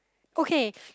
okay